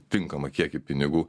tinkamą kiekį pinigų